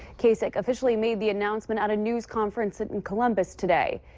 kasich officially made the announcement at a news conference in columbus today.